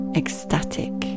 ecstatic